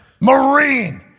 Marine